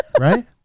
right